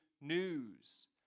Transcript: news